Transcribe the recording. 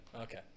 Okay